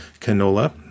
canola